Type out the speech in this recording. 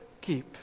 keep